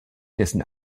dessen